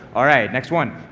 alright. next one,